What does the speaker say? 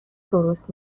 درست